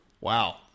Wow